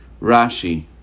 Rashi